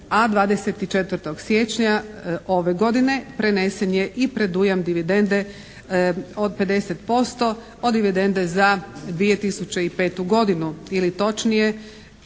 a 24. siječnja ove godine prenesen je i predujam dividende od 50% od dividende za 2005. godinu ili točnije